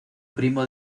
primo